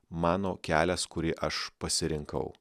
mano kelias kurį aš pasirinkau